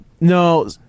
no